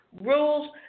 rules